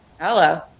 Hello